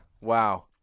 wow